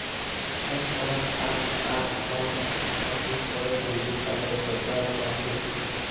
सब तरह कार कार्ड लाक हाटलिस्ट करे डेबिट कार्डत बदलाल जाछेक